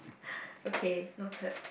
okay noted